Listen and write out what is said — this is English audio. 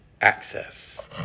access